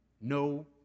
No